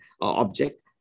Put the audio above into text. object